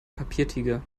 papiertiger